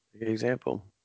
example